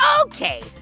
Okay